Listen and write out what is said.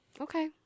Okay